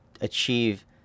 achieve